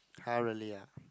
!huh! really ah